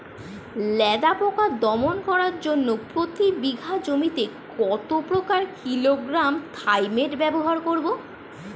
লেদা পোকা দমন করার জন্য প্রতি বিঘা জমিতে কত কিলোগ্রাম থাইমেট ব্যবহার করব?